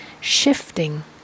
shifting